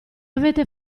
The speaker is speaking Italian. avete